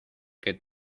que